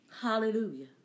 Hallelujah